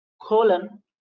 colon